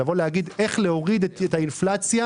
לבוא ולהגיד איך להוריד את האינפלציה,